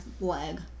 leg